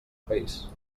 país